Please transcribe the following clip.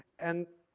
and,